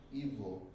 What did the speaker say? evil